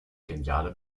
geniale